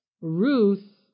Ruth